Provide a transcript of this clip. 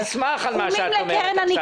הוא ישמח על מה שאת מה אומרת עכשיו.